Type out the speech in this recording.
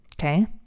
Okay